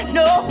no